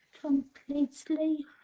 completely